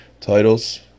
titles